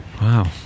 Wow